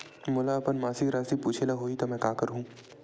मोला अपन मासिक राशि पूछे ल होही त मैं का करहु?